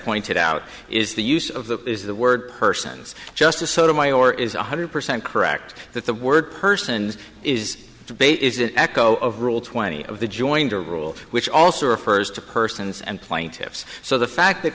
pointed out is the use of the is the word persons justice sotomayor is one hundred percent correct that the word person is debate is an echo of rule twenty of the joined a rule which also refers to persons and plaintiffs so the fact that